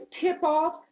tip-off